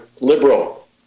liberal